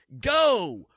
Go